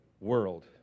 world